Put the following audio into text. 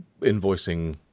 invoicing